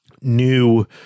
new